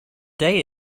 day